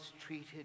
treated